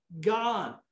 God